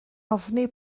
ofni